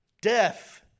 death